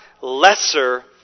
lesser